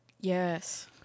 Yes